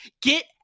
get